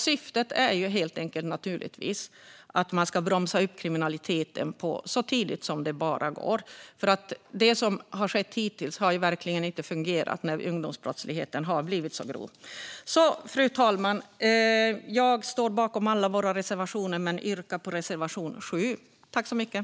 Syftet är naturligtvis helt enkelt att man ska bromsa kriminaliteten så tidigt som det bara går. Det som har skett hittills har verkligen inte fungerat när ungdomsbrottsligheten har blivit så grov. Fru talman! Jag står bakom alla våra reservationer men yrkar bifall endast till reservation 7.